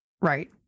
Right